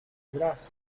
brazos